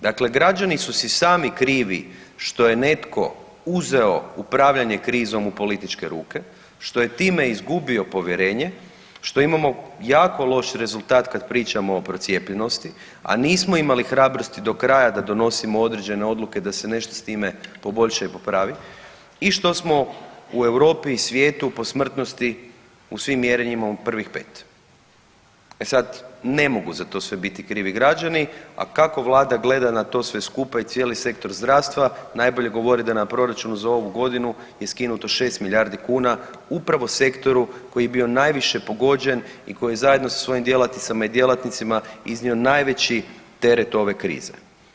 Dakle građani su si sami krivi što je netko uzeo upravljanje krizom u političke ruke, što je time izgubio povjerenje, što imamo jako loš rezultat kad pričamo o procijepljenosti, a nismo imali hrabrosti do kraja da donosimo određene odluke, da se nešto s time poboljša i popravi i što smo u Europi i svijetu po smrtnosti u svim mjerenjima u prvih 5. E sad, ne mogu za to sve biti krivi građani, a kako vlada gleda na sve to skupa i cijeli sektor zdravstva najbolje govori da za na proračunu za ovu godinu je skinuto 6 milijardi kuna upravo sektoru koji je bio najviše pogođen i koji je zajedno sa svojim djelatnicama i djelatnicima iznio najveći teret ove krize.